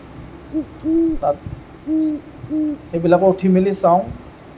তাত সেইবিলাকো উঠি মেলি চাওঁ